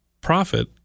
profit